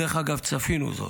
דרך אגב, צפינו זאת,